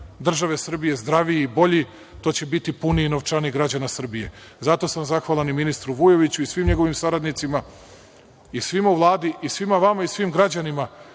države Srbije zdraviji i bolji, to će biti puniji novčanik građana Srbije. Zato sam zahvalan i ministru Vujoviću i svim njegovim saradnicima, svima u Vladi i svima vama i svim građanima